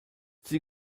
sie